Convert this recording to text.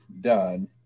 done